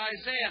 Isaiah